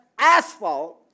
asphalt